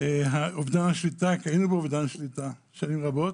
אובדן השליטה, כי היינו באובדן שליטה שנים רבות.